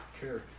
care